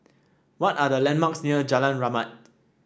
what are the landmarks near Jalan Rahmat